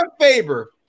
Faber